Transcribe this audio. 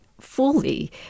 Fully